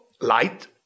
light